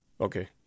Okay